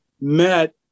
met